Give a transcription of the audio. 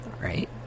right